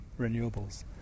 renewables